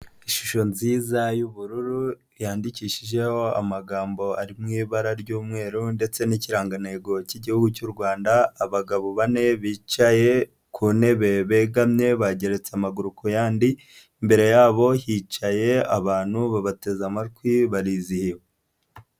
Ishusho nziza y'ubururu, yandikishijeho amagambo ari mu ibara ry'umweru ndetse n'ikirangantego cy'Igihugu cy'u Rwanda, abagabo bane bicaye ku ntebe, begamye, bageretse amaguru ku yandi, imbere yabo hicaye abantu babateze amatwi barizihiwe.